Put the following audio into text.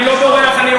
אני לא בורח מכלום,